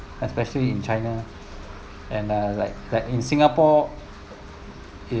especially in china and uh like in singapore